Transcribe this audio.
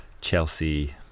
chelsea